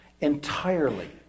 entirely